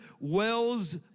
wells